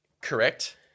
Correct